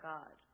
God